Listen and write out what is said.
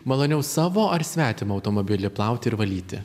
maloniau savo ar svetimą automobilį plauti ir valyti